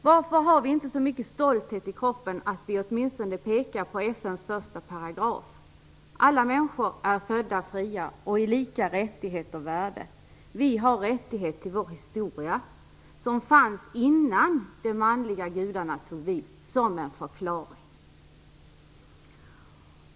Varför har vi inte så mycket stolthet i kroppen att vi åtminstone pekar på den första artikeln i FN:s förklaring om de mänskliga rättigheterna: "Alla människor äro födda fria och lika i värde och rättigheter"? - Vi har rättighet till vår historia, som fanns innan de manliga gudarna tog vid.